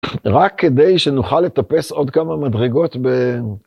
רק כדי שנוכל לטפס עוד כמה מדרגות ב...